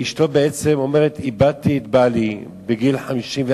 אשתו אומרת: איבדתי את בעלי בגיל 54,